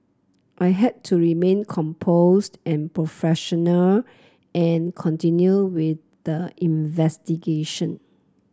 I had to remain composed and professional and continue with the investigation